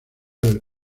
del